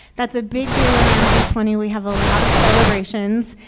that's a big deal around d twenty. we have a lot of celebrations.